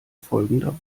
folgender